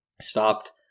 stopped